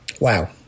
wow